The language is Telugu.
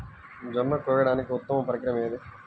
జొన్న కోయడానికి ఉత్తమ పరికరం ఏది?